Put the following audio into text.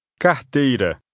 Carteira